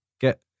get